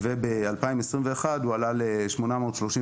ב-2021 הוא עלה ל-835